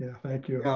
thank you.